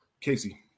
Casey